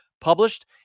published